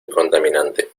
contaminante